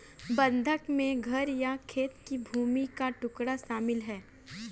बंधक में घर या खेत की भूमि का टुकड़ा शामिल है